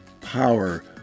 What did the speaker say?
power